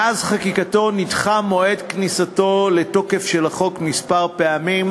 מאז חקיקתו נדחה מועד כניסתו לתוקף של החוק כמה פעמים,